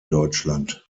deutschland